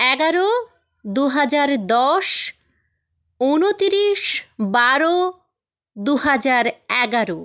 এগারো দু হাজার দশ ঊনত্রিশ বারো দু হাজার এগারো